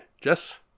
Jess